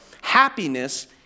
Happiness